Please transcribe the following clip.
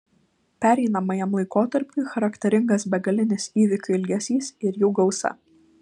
pereinamajam laikotarpiui charakteringas begalinis įvykių ilgesys ir jų gausa